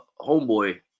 homeboy –